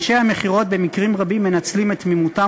אנשי המכירות במקרים רבים מנצלים את תמימותם,